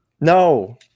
No